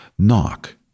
Knock